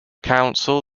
council